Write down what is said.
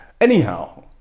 Anyhow